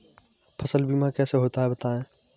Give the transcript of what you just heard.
फसल बीमा कैसे होता है बताएँ?